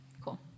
cool